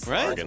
Right